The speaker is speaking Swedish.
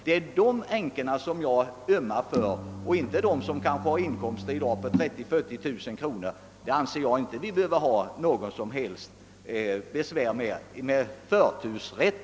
Det är de änkorna som jag ömmar för och inte för dem som kanske har inkomster på 30 000 å 40 000 kronor. För dem anser jag inte att vi behöver begära någon förtursrätt.